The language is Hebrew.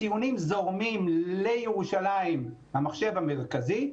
הציונים זורמים לירושלים למחשב המרכזי.